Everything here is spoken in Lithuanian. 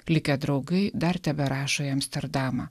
likę draugai dar teberašo į amsterdamą